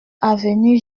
avenue